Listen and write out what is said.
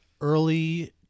early